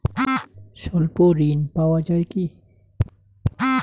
স্বল্প ঋণ পাওয়া য়ায় কি?